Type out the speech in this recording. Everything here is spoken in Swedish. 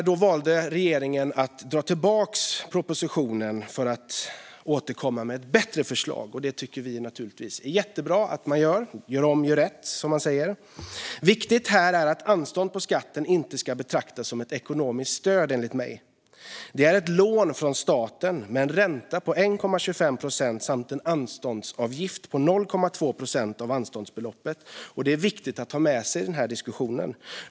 Då valde regeringen att dra tillbaka propositionen för att återkomma med ett bättre förslag. Det tycker vi är jättebra. Gör om, gör rätt, som man säger. Viktigt här är att anstånd med skatten inte ska betraktas som ett ekonomiskt stöd. Det är ett lån från staten med en ränta på l,25 procent samt en anståndsavgift på 0,2 procent av anståndsbeloppet. Det är viktigt att ha med sig detta i diskussionen.